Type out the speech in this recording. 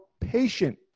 patient